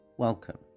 Welcome